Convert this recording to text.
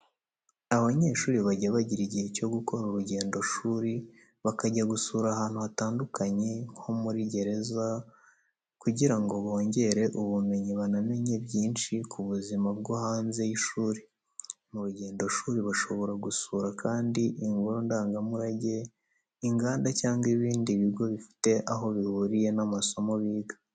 Abanyeshuri bajya bagira igihe cyo gukora urugendoshuri bakajya gusura ahantu hatandukanye, nko muri gereza kugira ngo bongere ubumenyi banamenye byinshi ku buzima bwo hanze y'ishuri. Mu rugendoshuri bashobora gusura kandi ingoro ndangamurage, inganda, cyangwa ibindi bigo bifite aho bihuriye n'amasomo biga.